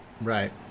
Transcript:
Right